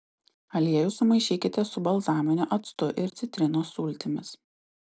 aliejų sumaišykite su balzaminiu actu ir citrinos sultimis